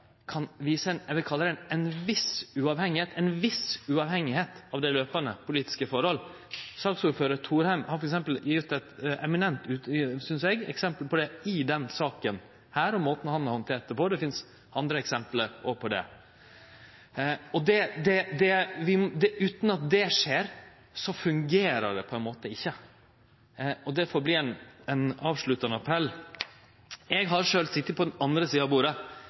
kan vise ei viss uavhengigheit – som eg vil kalle det – av dei løpande politiske forholda. Saksordførar Thorheim synest eg f.eks. har gjeve eit eminent eksempel på det i denne saka gjennom måten han har handtert ho på. Det finst òg andre eksempel på det. Utan at dette skjer, fungerer det på ein måte ikkje. Det får verte ein avsluttande appell. Eg har sjølv sete på den andre sida av bordet,